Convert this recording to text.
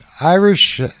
Irish